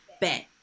bet